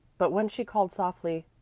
but when she called softly,